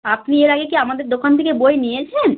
আপনি এর আগে কি আমাদের দোকান থেকে বই নিয়েছেন